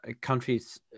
countries